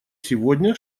сегодня